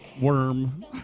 worm